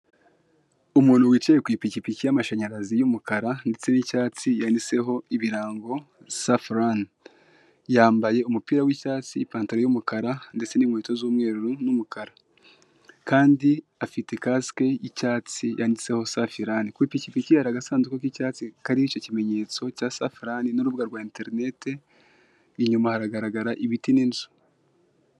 Icyuma kinini cyagenewe kubikwamo amata by'igihe kirekire ngo atangirika imbere y'icyuma hari ikindi cyuma cyagenewe gukonjesha abinyobwa. Kirimo utudomoro twinshi tw'amata, utudomoro dutoya tw'umweru.